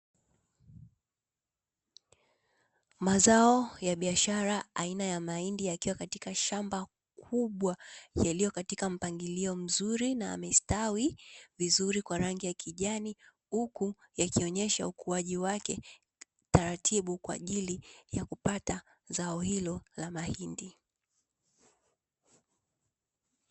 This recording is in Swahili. Mazao ya biashara aina ya mahindi yakiwa katika shamba kubwa yaliyo katika mpangilio mzuri na yamestawi vizuri kwa rangi ya kijani, huku yakionyesha ukuaji wake taratibu kwa ajili ya kupata zao hilo la mahindi.